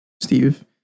Steve